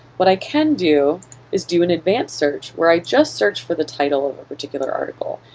what i can do is do an advanced search where i just search for the title of a particular article.